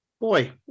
boy